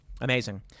Amazing